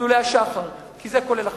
מסלולי שח"ר, כי זה כולל הכשרות,